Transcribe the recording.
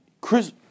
Chris